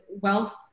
wealth